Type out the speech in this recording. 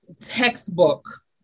textbook